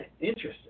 Interesting